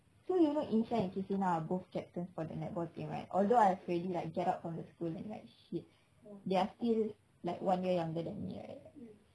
so you don't know insha and christina are both captains for the netball team right although I have already get out from the school and like shit they are still like one year younger than me right